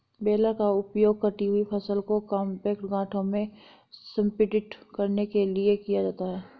baler का उपयोग कटी हुई फसल को कॉम्पैक्ट गांठों में संपीड़ित करने के लिए किया जाता है